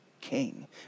king